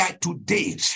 today